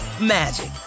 magic